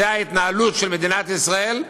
זאת ההתנהלות של מדינת ישראל.